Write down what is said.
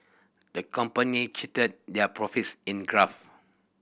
the company cheated their profits in graph